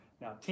Now